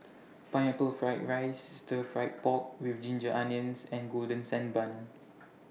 Pineapple Fried Rice Stir Fry Pork with Ginger Onions and Golden Sand Bun